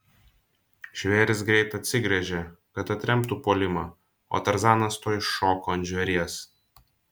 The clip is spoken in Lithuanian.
žvėris greit atsigręžė kad atremtų puolimą o tarzanas tuoj šoko ant žvėries